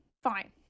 Fine